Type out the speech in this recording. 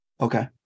Okay